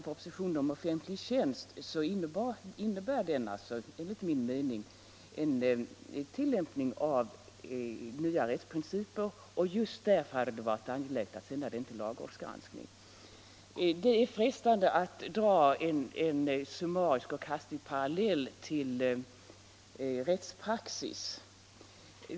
Propositionen om offentlig tjänst innebär enligt min mening en tillämpning av nya rättsprinciper, och just därför hade det varit angeläget att sända den till lagrådsgranskning. Det är frestande att dra en summarisk och hastig parallell med rättspraxis.